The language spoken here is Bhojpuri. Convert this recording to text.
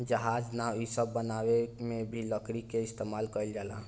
जहाज, नाव इ सब बनावे मे भी लकड़ी क इस्तमाल कइल जाला